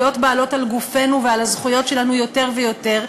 להיות בעלות על גופנו ועל הזכויות שלנו יותר ויותר,